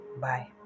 Bye